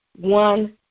one